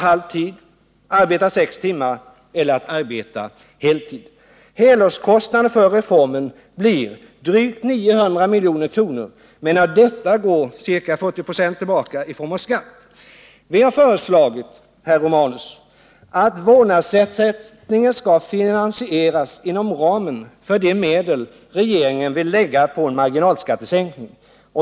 Helårskostnaden för reformen blir drygt 900 milj.kr., men av dessa går ca 40 96 tillbaka i form av skatt. Vi har, herr Romanus, föreslagit att vårdnadsersättningen skall finansieras inom ramen för de medel regeringen vill lägga på en marginalskattesänkning.